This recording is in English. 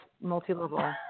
multi-level